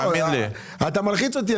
אתה מלחיץ אותי.